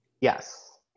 yes